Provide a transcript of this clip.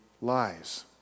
lies